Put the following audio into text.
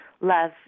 love